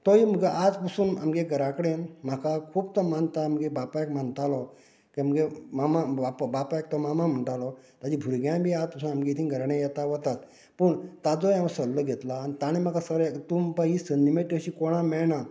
तो आज पसून आमगे घरा कडेन म्हाका खूब तो मानता म्हगे बापायक मानतालो म्हगे मामा बापायक तो मामा म्हणटालो ताज्या भुरग्यांय बी आज पसून आमगे थिंगां घराण्या येता वतात पूण ताजो हांयें सल्लो घेतला आनी ताणें म्हाका तूं म्हणपा लागलो ही संदी मेळटा ती अशी कोणा मेळना